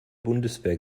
bundeswehr